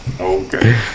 Okay